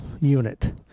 unit